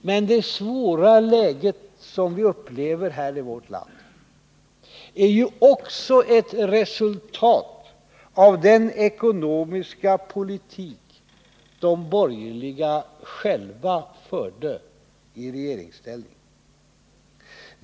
Men det svåra läge som vi har i vårt land är ju också ett resultat av den ekonomiska politik som de borgerliga själva förde i regeringsställning.